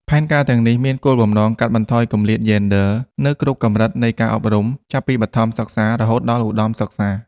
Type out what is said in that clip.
ផែនការទាំងនេះមានគោលបំណងកាត់បន្ថយគម្លាតយេនឌ័រនៅគ្រប់កម្រិតនៃការអប់រំ ចាប់ពីបឋមសិក្សារហូតដល់ឧត្តមសិក្សា។